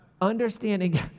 Understanding